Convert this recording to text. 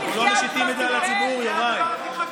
אבל נותנים להם שם בדיוק את מה שאתה רוצה.